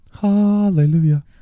Hallelujah